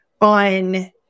on